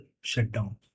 shutdown